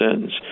sins